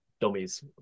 Dummies